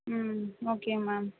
ம் okay ma'am